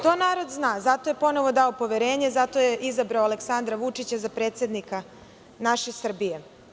To narod zna i zato je ponovo dao poverenje i zato je izabrao Aleksandra Vučića za predsednika naše Srbije.